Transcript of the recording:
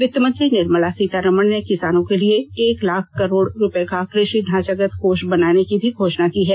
वित्तमंत्री निर्मला सीतारामन ने किसानों के लिए एक लाख करोड़ रुपये का कृषि ढांचागत कोष बनाने की भी घोषणा की है